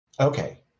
okay